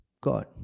God